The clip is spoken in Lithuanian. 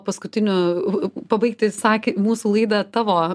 paskutiniu pabaigti saki mūsų laidą tavo